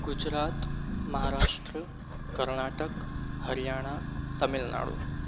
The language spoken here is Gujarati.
ગુજરાત મહારાષ્ટ્ર કર્ણાટક હરિયાણા તમિલનાડુ